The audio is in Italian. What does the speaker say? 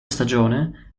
stagione